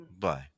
Bye